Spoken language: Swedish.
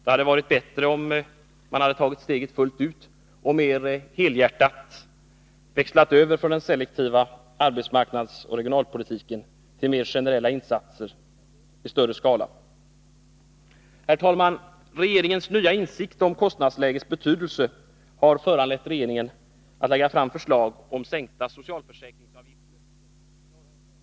Det hade dock varit bättre om regeringen tagit steget fullt ut och mer helhjärtat växlat över från selektiv arbetsmarknadsoch regionalpolitik till generella insatser i större skala. Herr talman! Regeringens nya insikt om kostnadslägets betydelse har föranlett regeringen att lägga fram förslag om sänkta socialförsäkringsavgifter för Norrbotten. Detta är i och för sig bra, men förslaget är ofullständigt.